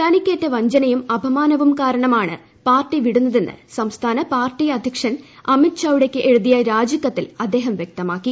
തനിക്കേറ്റ വഞ്ചനയും അപമാനവും കാരണമാണ് പാർട്ടി വിടുന്നതെന്ന് സംസ്ഥാന പാർട്ടി അധ്യക്ഷൻ അമിത് ചൌഡക്ക് എഴുതിയ രാജി കത്തിൽ അദ്ദേഹം വ്യക്തമാക്കി